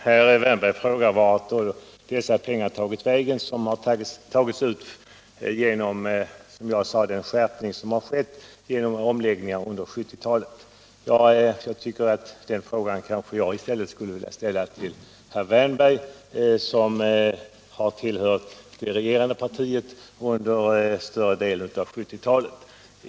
Herr talman! Herr Wärnberg frågade vart de pengar tagit vägen som har tagits ut genom den skärpning som skett genom skatteomläggningarna under 1970-talet. Jag tycker att jag har större anledning att ställa den frågan till herr Wärnberg, som har tillhört de regerande partiet under större delen av 1970-talet.